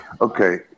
okay